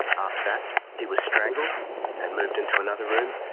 after that he was strangled and moved into another room,